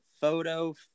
photo